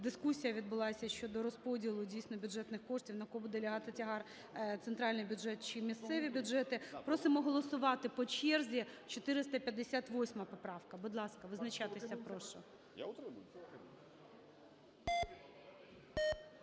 дискусія відбулася щодо розподілу дійсно бюджетних коштів, на кого буде лягати тягар: центральний бюджет чи місцеві бюджети. Просимо голосувати по черзі. 458 поправка, будь ласка, визначатися прошу.